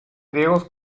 griegos